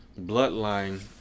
bloodline